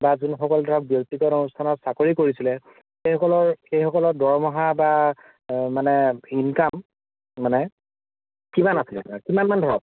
বা যোনসকল ধৰক ব্যক্তিগত অনুষ্ঠানত চাকৰি কৰিছিলে সেইসকলৰ সেইসকলৰ দৰমহা বা মানে ইনকাম মানে কিমান আছিলে মানে কিমানমান ধৰক